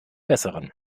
besseren